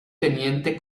teniente